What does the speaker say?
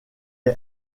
est